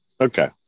Okay